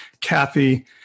Kathy